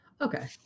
Okay